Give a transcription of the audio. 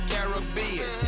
Caribbean